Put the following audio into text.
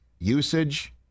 Usage